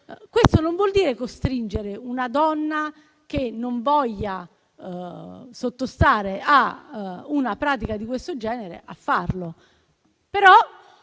Questo non vuol dire costringere una donna che non voglia sottostare a una pratica di questo genere a farlo.